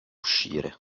uscire